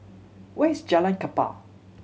where is Jalan Kapal